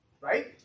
right